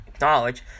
knowledge